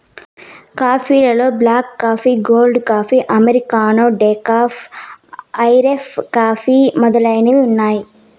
coffee లలో black coffee, cold coffee, Americano, decaf, Irish coffee మొదలైనవి ఉన్నాయి